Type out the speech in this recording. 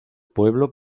pueblo